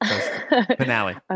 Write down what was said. finale